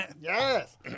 Yes